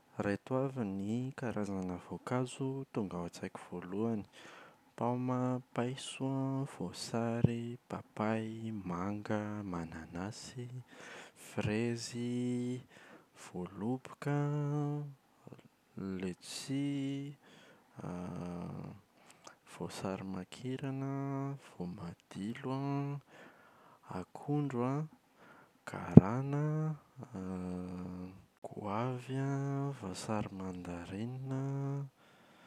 Ireto avy ny voankazo tonga ao an-tsaiko voalohany.